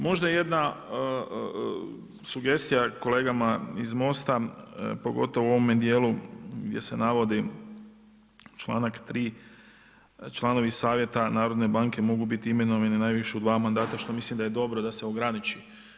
Možda jedna sugestija kolegama iz Most-a pogotovo u ovome dijelu gdje se navodi članak 3. članovi Savjeta Narodne banke mogu biti imenovani najviše u dva mandata, što mislim da je dobro da se ograniči.